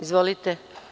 Izvolite.